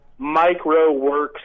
Microworks